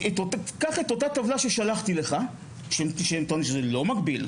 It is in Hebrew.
קח את אותה טבלה ששלחתי לך שהם טוענים שזה לא מגביל,